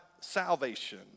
salvation